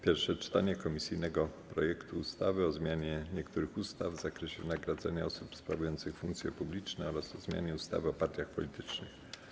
Pierwsze czytanie komisyjnego projektu ustawy o zmianie niektórych ustaw w zakresie wynagradzania osób sprawujących funkcje publiczne oraz o zmianie ustawy o partiach politycznych.